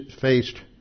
faced